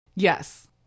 Yes